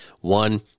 One